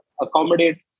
accommodate